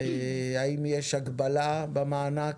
האם יש הגבלה במענק,